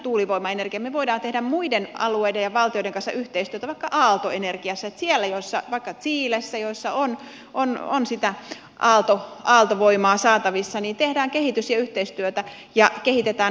me voimme tehdä muiden alueiden ja valtioiden kanssa yhteistyötä vaikka aaltoenergiassa vaikka chilessä jossa on sitä aaltovoimaa saatavissa tehdään kehitys ja yhteistyötä ja kehitetään aaltoenergiaa